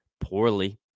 poorly